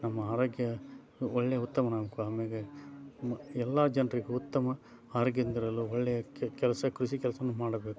ನಮ್ಮ ಆರೋಗ್ಯ ಒಳ್ಳೆಯ ಉತ್ತಮನಾಗಬೇಕು ಆಮೇಲೆ ಎಲ್ಲ ಜನರಿಗೂ ಉತ್ತಮ ಆರೋಗ್ಯದಿಂದಿರಲು ಒಳ್ಳೆಯ ಕೆಲಸ ಕೃಷಿ ಕೆಲಸನೂ ಮಾಡಬೇಕು